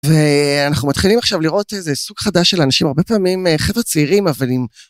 ואנחנו מתחילים עכשיו לראות איזה סוג חדש של אנשים הרבה פעמים חבר'ה צעירים אבל..